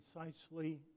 precisely